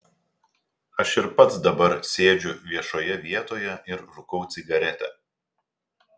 aš ir pats dabar sėdžiu viešoje vietoje ir rūkau cigaretę